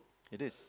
it is